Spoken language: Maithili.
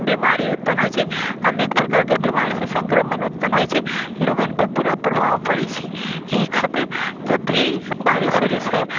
बीमारी उत्पन्न होइ छै अनेक प्रकार के बीमारी से संक्रमण उत्पन्न होइ छै लोगन के बुरा प्रभाव परै छै इहे खातिर जब भी बारिश उरिश होइ